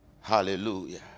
Hallelujah